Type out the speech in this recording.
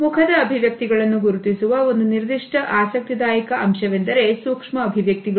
ಮುಖದ ಅಭಿವ್ಯಕ್ತಿಗಳನ್ನು ಗುರುತಿಸುವ ಒಂದು ನಿರ್ದಿಷ್ಟ ಆಸಕ್ತಿದಾಯಕ ಅಂಶವೆಂದರೆ ಸೂಕ್ಷ್ಮ ಅಭಿವ್ಯಕ್ತಿಗಳು